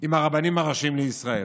עם הרבנים הראשיים בישראל?